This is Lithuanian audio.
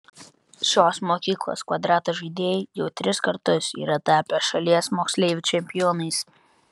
šios mokyklos kvadrato žaidėjai jau tris kartus yra tapę šalies moksleivių čempionais